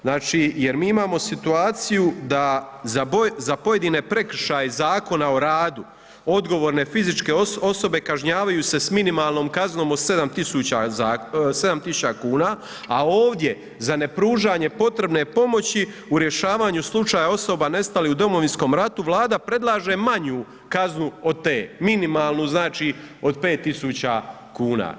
Znači, jer mi imamo situaciju da za pojedine prekršaje Zakona o radu odgovorne fizičke osobe kažnjavaju se s minimalnom kaznom od 7 tisuća kuna, a ovdje za nepružanje potrebne pomoći u rješavanju slučaja osoba nestalih u Domovinskom ratu Vlada predlaže manju kaznu od te, minimalnu znači od pet tisuća kuna.